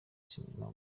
sinema